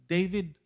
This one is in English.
David